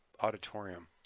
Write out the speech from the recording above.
auditorium